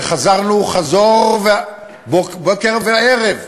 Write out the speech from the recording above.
וחזרנו חזור בוקר וערב,